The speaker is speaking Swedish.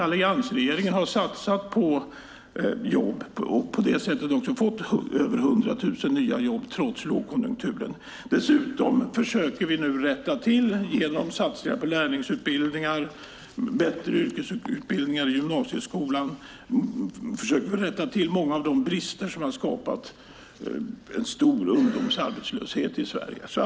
Alliansregeringen har däremot satsat på jobb och på det sättet också fått över hundra tusen nya jobb trots lågkonjunkturen. Dessutom försöker vi nu genom satsningar på lärlingsutbildningar och bättre yrkesutbildningar i gymnasieskolan rätta till många av de brister som har skapat en stor ungdomsarbetslöshet i Sverige.